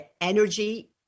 energy